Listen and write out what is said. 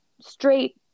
straight